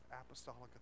apostolic